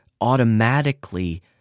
automatically